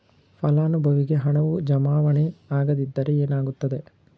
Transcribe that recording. ಫಲಾನುಭವಿಗೆ ಹಣವು ಜಮಾವಣೆ ಆಗದಿದ್ದರೆ ಏನಾಗುತ್ತದೆ?